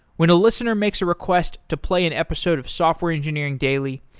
when a listener makes a request to play an episode of software engineering daily,